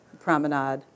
promenade